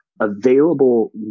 available